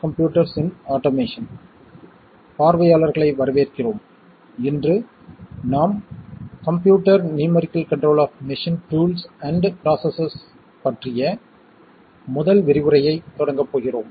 computer numerical control of machine tools and processes in online பாடத்தின் 2வது விரிவுரைக்கு பார்வையாளர்களை வரவேற்கிறோம்